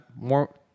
more